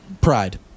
pride